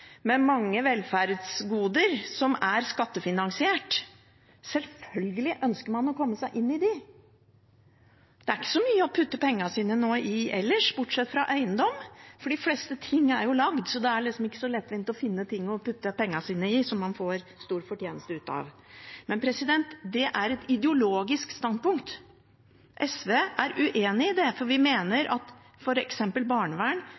med mange velferdsgoder som er skattefinansiert. Selvfølgelig ønsker man å komme seg inn i dem. Det er ikke så mye å putte pengene sine i ellers nå, bortsett fra i eiendom – for de fleste ting er lagd, så det er ikke så lettvint å finne ting å putte pengene sine i som man får stor fortjeneste ut av. Men det er et ideologisk standpunkt. SV er uenig i det, for vi mener at f.eks. barnevern